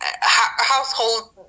household